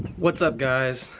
what's up guys,